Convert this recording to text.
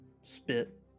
spit